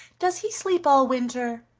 does he sleep all winter?